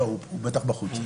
הוא בטח בחוץ.